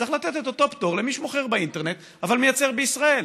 צריך לתת את אותו פטור למי שמוכר באינטרנט אבל מייצר בישראל.